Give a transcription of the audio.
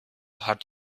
hat